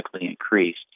increased